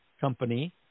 company